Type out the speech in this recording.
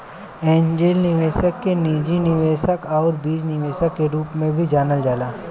angel निवेशक के निजी निवेशक आउर बीज निवेशक के रूप में भी जानल जाला